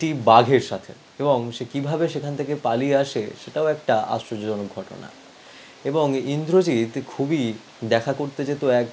একটি বাঘের সাথে এবং সে কীভাবে সেখান থেকে পালিয়ে আসে সেটাও একটা আশ্চর্যজনক ঘটনা এবং ইন্দ্রজিৎ খুবই দেখা করতে যেত এক